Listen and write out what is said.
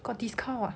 got discount ah